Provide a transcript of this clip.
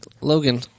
Logan